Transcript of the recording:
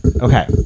Okay